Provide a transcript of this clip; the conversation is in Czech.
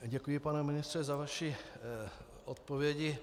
Děkuji, pane ministře, za vaše odpovědi.